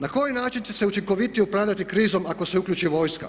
Na koji način će se učinkovitije upravljati krizom ako se uključi vojska?